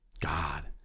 God